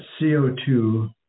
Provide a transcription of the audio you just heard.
CO2